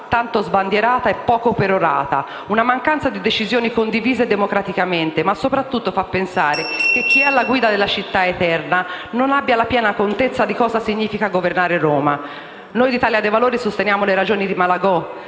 tanto sbandierata e poco perorata: una mancanza di decisioni condivise democraticamente. Ma soprattutto fa pensare che chi è alla guida della Città eterna non ha piena contezza di cosa significhi governare Roma. Noi di Italia dei Valori sosteniamo le ragioni di Malagò